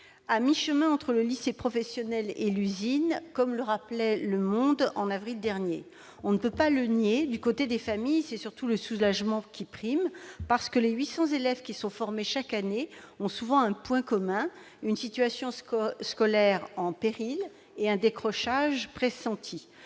à mi-chemin entre le lycée professionnel et l'usine », comme l'écrivait le journal en avril dernier. On ne peut le nier, du côté des familles, c'est surtout le soulagement qui prime, car les 800 élèves formés chaque année ont souvent pour point commun une situation scolaire en péril et un risque de